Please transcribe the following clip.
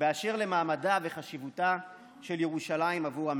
באשר למעמדה וחשיבותה של ירושלים בעבור עמנו.